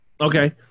Okay